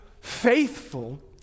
faithful